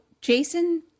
Jason